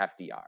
FDR